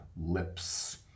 lips